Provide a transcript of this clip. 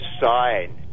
sign